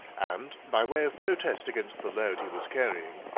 and, by way of protest against the load he was carrying,